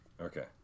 Okay